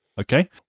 okay